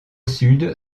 sud